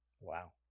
Wow